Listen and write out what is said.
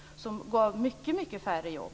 Det gav mycket färre jobb.